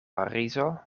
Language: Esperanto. parizo